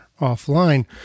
offline